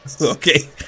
Okay